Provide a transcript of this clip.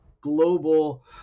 global